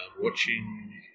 watching